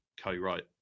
co-write